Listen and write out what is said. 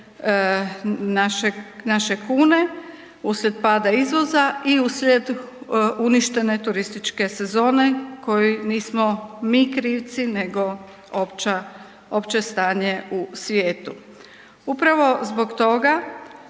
naše kune uslijed pada izvoza i uslijed uništene turističke sezone koju nismo mi krivci nego opće stanje u svijetu. Upravo zbog toga